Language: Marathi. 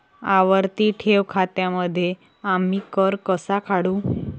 आवर्ती ठेव खात्यांमध्ये आम्ही कर कसा काढू?